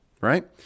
Right